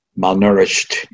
malnourished